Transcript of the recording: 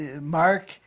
Mark